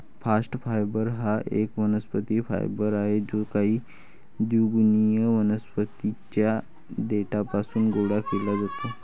bast fibre हा एक वनस्पती फायबर आहे जो काही द्विगुणित वनस्पतीं च्या देठापासून गोळा केला जातो